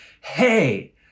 hey